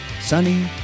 sunny